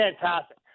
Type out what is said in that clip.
fantastic